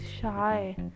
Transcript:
shy